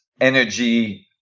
energy